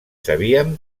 sabíem